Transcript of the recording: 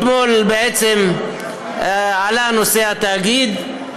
אתמול עלה נושא התאגיד,